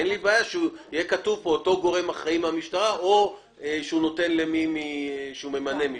אין לי בעיה שיהיה כתוב "אותו גורם אחראי מהמשטרה או מישהו שהוא ממנה".